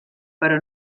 però